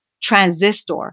transistor